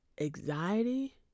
anxiety